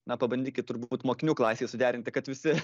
na pabandykit turbūt mokinių klasėj suderinti kad visi